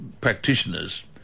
practitioners